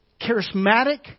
charismatic